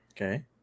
Okay